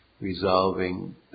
resolving